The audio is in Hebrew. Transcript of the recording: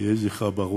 יהי זכרה ברוך.